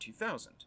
2000